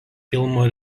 filmo